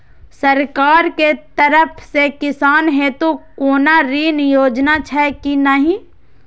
सरकार के तरफ से किसान हेतू कोना ऋण योजना छै कि नहिं?